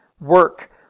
work